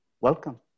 welcome